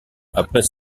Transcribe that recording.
après